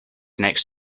next